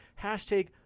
Hashtag